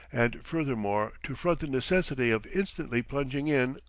and furthermore to front the necessity of instantly plunging in,